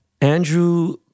Andrew